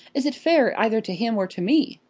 is it fair either to him, or to me?